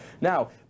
Now